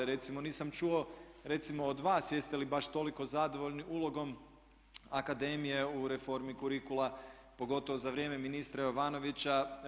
Recimo nisam čuo recimo od vas jeste li baš toliko zadovoljni ulogom akademije u reformi kurikula pogotovo za vrijeme ministra Jovanovića.